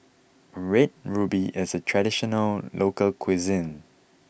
Red Ruby is a traditional local cuisine